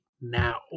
now